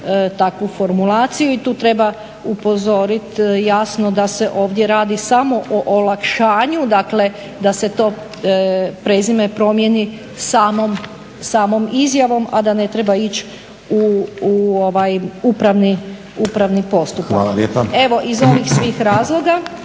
takvu formulaciju. I tu treba upozoriti jasno da se ovdje radi samo o olakšanju, dakle da se to prezime promijeni samom izjavom, a da ne treba ići u upravni postupak. **Stazić, Nenad